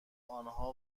آنها